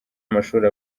amashuri